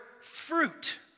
fruit